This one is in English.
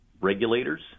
Regulators